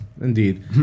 Indeed